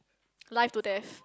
life to death